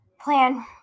plan